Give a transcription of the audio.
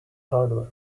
hardware